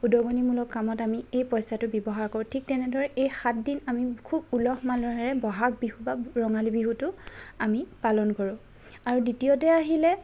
উদগনিমূলক কামত আমি এই পইচাটো আমি ব্যৱহাৰ কৰোঁ ঠিক তেনেদৰে এই সাতদিন আমি খুব উলহ মালহেৰে বহাগ বিহু বা ৰঙালী বিহুটো আমি পালন কৰোঁ আৰু দ্বিতীয়তে আহিলে